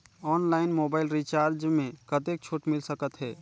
Online mobile recharge मे कतेक छूट मिल सकत हे?